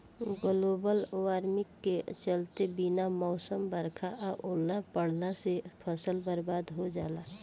global warming के चलते बिना मौसम बरखा आ ओला पड़ला से फसल बरबाद हो जाला